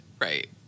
Right